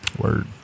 Word